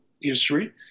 history